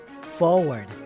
forward